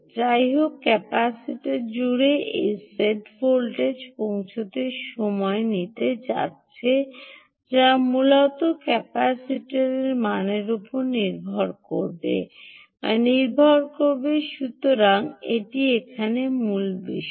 যাইহোক ক্যাপাসিটর জুড়ে সেই সেট ভোল্টেজ পৌঁছাতে সময় নিতে যাচ্ছে যা মূলত এই ক্যাপাসিটরের মানের উপর নির্ভর করবে বা নির্ভর করবে সুতরাং এটি এখানে মূল বিষয়